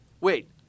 Wait